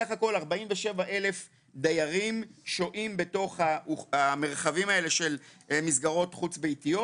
סך הכול 47,000 דיירים שוהים בתוך המרחבים האלה שהם מסגרות חוץ ביתיות.